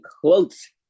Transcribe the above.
quotes